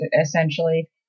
essentially